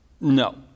no